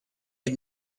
had